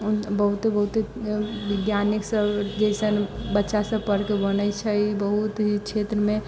बहुते बहुते वैज्ञानिकसभ जइसन बच्चासभ पढ़िके बनैत छै बहुत ही क्षेत्रमे